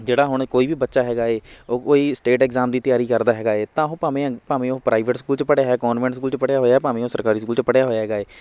ਜਿਹੜਾ ਹੁਣ ਕੋਈ ਵੀ ਬੱਚਾ ਹੈਗਾ ਹੈ ਉਹ ਕੋਈ ਸਟੇਟ ਐਗਜ਼ਾਮ ਦੀ ਤਿਆਰੀ ਕਰਦਾ ਹੈਗਾ ਹੈ ਤਾਂ ਉਹ ਭਾਵੇਂ ਅੰ ਭਾਵੇਂ ਉਹ ਪ੍ਰਾਈਵੇਟ ਸਕੂਲ 'ਚ ਪੜ੍ਹਿਆ ਹੈ ਕੋਨਵੈਂਟ ਸਕੂਲ 'ਚ ਪੜ੍ਹਿਆ ਹੋਇਆ ਭਾਵੇਂ ਉਹ ਸਰਕਾਰੀ ਸਕੂਲ 'ਚ ਪੜ੍ਹਿਆ ਹੋਇਆ ਹੈਗਾ ਹੈ